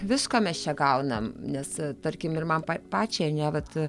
visko mes čia gaunam nes tarkim ir man pačiai ane vat